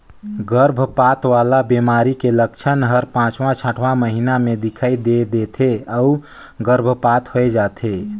गरभपात वाला बेमारी के लक्छन हर पांचवां छठवां महीना में दिखई दे थे अउ गर्भपात होय जाथे